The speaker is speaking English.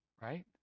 right